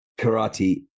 karate